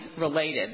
related